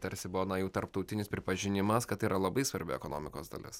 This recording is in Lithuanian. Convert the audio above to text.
tarsi buvo na jau tarptautinis pripažinimas kad tai yra labai svarbi ekonomikos dalis